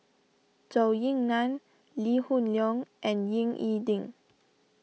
Zhou Ying Nan Lee Hoon Leong and Ying E Ding